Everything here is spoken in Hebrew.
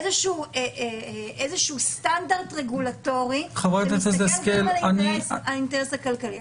איזשהו סטנדרט רגולטורי --- האינטרס הכלכלי.